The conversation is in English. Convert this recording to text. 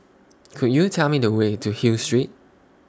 Could YOU Tell Me The Way to Hill Street